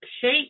shape